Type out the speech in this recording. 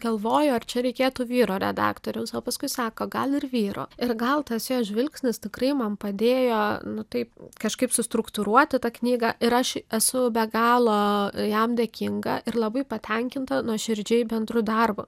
galvoju ar čia reikėtų vyro redaktoriaus o paskui sako gal ir vyro ir gal tas jo žvilgsnis tikrai man padėjo nu taip kažkaip sustruktūruoti tą knygą ir aš esu be galo jam dėkinga ir labai patenkinta nuoširdžiai bendru darbu